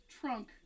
trunk